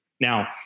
Now